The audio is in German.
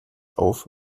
auf